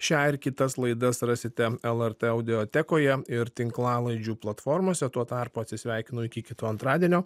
šią ir kitas laidas rasite lrt audiotekoje ir tinklalaidžių platformose tuo tarpu atsisveikinu iki kito antradienio